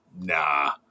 Nah